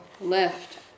left